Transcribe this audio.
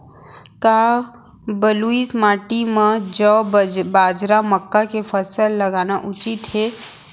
का बलुई माटी म जौ, बाजरा, मक्का के फसल लगाना उचित हे?